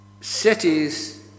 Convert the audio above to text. Cities